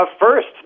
first